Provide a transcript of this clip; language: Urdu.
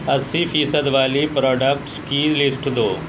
اَسی فیصد والی پراڈکٹس کی لسٹ دو